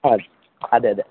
ആ അതെ അതെ